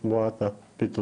לשמוע את הפתרונות.